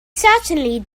certainly